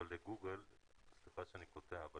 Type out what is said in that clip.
סליחה שאני קוטע,